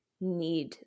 need